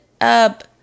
up